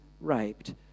raped